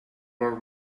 are